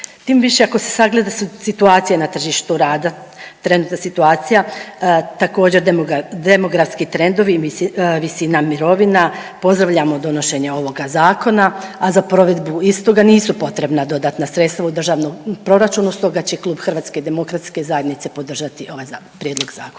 Tim više ako se sagleda situacija na tržištu rada, trenutna situacija također demografski trendovi i visina mirovina. Pozdravljamo donošenje ovoga zakon, a za provedbu istoga nisu potrebna dodatna sredstva u Državnom proračunu stoga će Klub HDZ-a podržati ovaj prijedlog zakona.